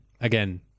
again